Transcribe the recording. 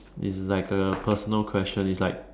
is like a personal question is like